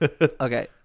okay